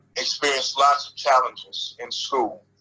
experience lots of challenges in school.